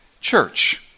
Church